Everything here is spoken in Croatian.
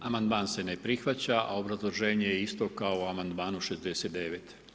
Amandman se ne prihvaća, a obrazloženje je isto kao i u amandmanu 69.